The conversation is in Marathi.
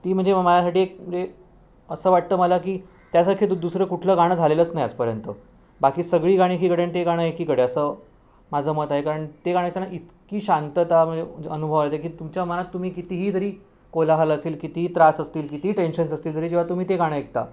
ती म्हणजे मग माझ्यासाठी एक म्हणजे असं वाटतं मला की त्यासारखं दु दुसरं कुठलं गाणं झालेलंच नाही आजपर्यंत बाकी सगळी गाणी एकीकडे आणि ते गाणं एकीकडे असं माझं मत आहे कारण ते गाणं ऐकताना इतकी शांतता म्हणजे अनुभवायला येते की तुमच्या मनात तुम्ही कितीही जरी कोलाहल असेल कितीही त्रास असतील किती ही टेंशन्स असतील तरी जेंव्हा तुम्ही ते गाणं ऐकता